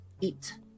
eat